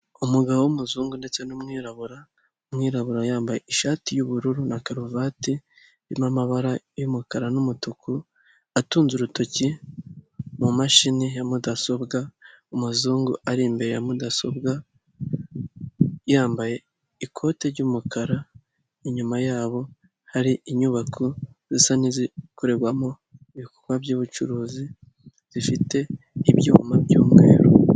Umugabo w'umuzungu ndetse n'umwirabura; umwirabura yambaye ishati y'ubururu na karuvati irimo amabara y'umukara n'umutuku atunze urutoki mu mashini ya mudasobwa; umuzungu ari imbere ya mudasobwa yambaye ikote ry'umukara inyuma yabo hari inyubako zisa n'izikorerwamo ibikorwa by'ubucuruzi zifite ibyuma by'umweru.